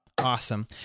Awesome